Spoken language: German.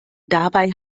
dabei